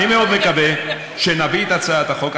אני מאוד מקווה שנביא את הצעת החוק,